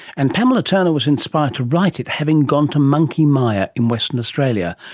and pamela turner was inspired to write it having gone to monkey mia in western australia,